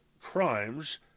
crimes